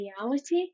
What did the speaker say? reality